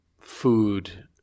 food